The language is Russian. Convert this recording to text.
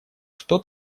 что